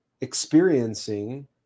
experiencing